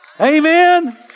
Amen